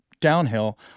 downhill